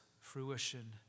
fruition